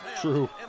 True